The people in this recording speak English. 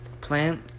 plant